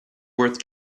worth